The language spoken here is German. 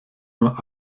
nur